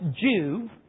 Jew